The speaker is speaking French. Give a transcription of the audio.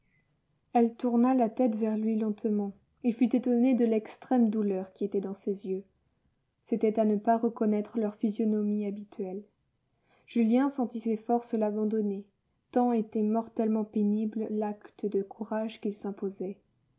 elle tourna la tête vers lui lentement il fut étonné de l'extrême douleur qui était dans ses yeux c'était à ne pas reconnaître leur physionomie habituelle julien sentit ses forces l'abandonner tant était mortellement pénible l'acte de courage qu'il s'imposait